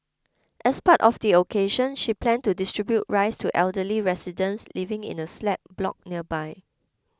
as part of the occasion she planned to distribute rice to elderly residents living in a slab block nearby